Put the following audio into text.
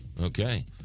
Okay